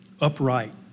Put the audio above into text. upright